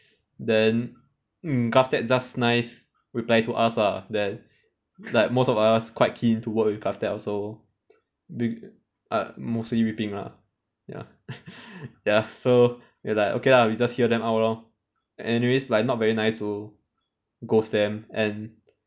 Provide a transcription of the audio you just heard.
then mm GovTech just nice reply to us ah then like most of us quite keen to work with GovTech also be~ uh mostly wee ping lah ya ya so we like okay lah we just hear them out lor anyways like not very nice to ghost them and